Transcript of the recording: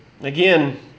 Again